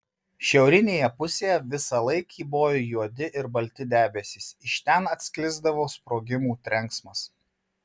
šiaurinėje pusėje visąlaik kybojo juodi ir balti debesys iš ten atsklisdavo sprogimų trenksmas